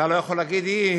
אתה לא יכול להגיד: היא,